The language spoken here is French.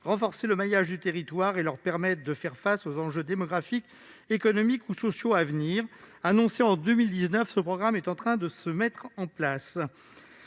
renforcer le maillage du territoire et leur permettre de faire face aux enjeux démographiques, économiques et sociaux à venir- annoncé en 2019, il est en train de se mettre en place.